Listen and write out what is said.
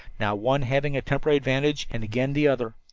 now one having a temporary advantage, and again the other.